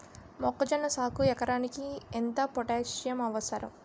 మొక్కజొన్న సాగుకు ఎకరానికి ఎంత పోటాస్సియం అవసరం?